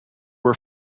were